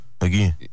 Again